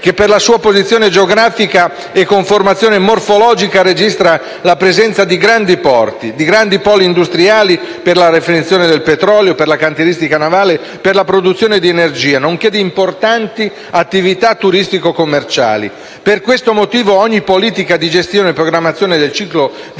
che, per la sua posizione geografica e conformazione morfologica, registra la presenza di grandi porti e di grandi poli industriali (per la raffinazione del petrolio, per la cantieristica navale, per la produzione di energia), nonché di importanti attività turistico-commerciali. Per questo motivo, ogni politica di gestione e programmazione del ciclo dei